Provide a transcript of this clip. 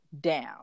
down